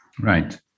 Right